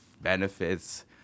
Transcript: benefits